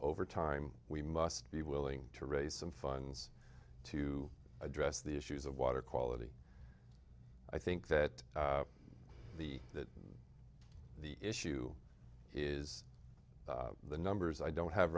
over time we must be willing to raise some funds to address the issues of water quality i think that the that the issue is the numbers i don't have